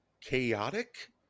chaotic